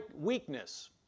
weakness